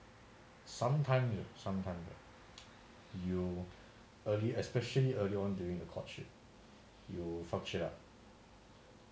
sometime sometimes you sometimes you early especially early on during the courtship you fuck shit up